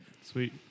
Sweet